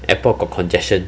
airport got congestion